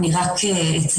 אני רק אציין,